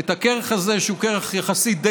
את הכרך הזה, שהוא כרך נדיר יחסית.